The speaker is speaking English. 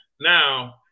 Now